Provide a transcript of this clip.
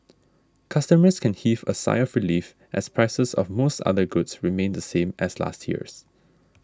customers can heave a sigh of relief as prices of most other goods remain the same as last year's